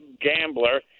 gambler